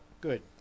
Good